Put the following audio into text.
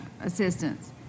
assistance